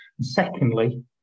Secondly